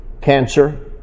Cancer